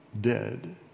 dead